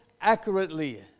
accurately